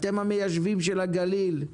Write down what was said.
אתם המיישבים של הגליל,